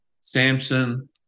Samson